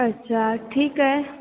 अच्छा ठीकु आहे